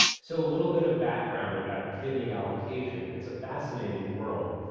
so a little bit of background about kidney allocation. it's a fascinating world.